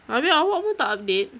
abeh awak pun tak update